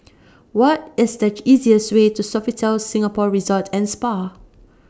What IS The easiest Way to Sofitel Singapore Resort and Spa